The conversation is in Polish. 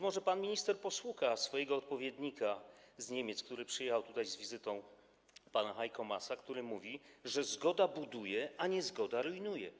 Może pan minister posłucha więc swojego odpowiednika z Niemiec, który przyjechał tutaj z wizytą, pana Heika Maasa, który mówił, że zgoda buduje, a niezgoda rujnuje.